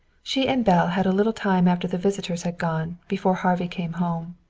she and belle had a little time after the visitors had gone, before harvey came home.